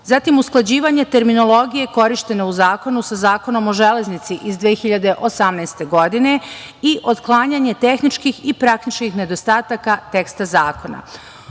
zatim, usklađivanje terminologije korišćene u zakonu sa Zakonom o železnici iz 2018. godine i otklanjanje tehničkih i praktičnih nedostataka teksta zakona.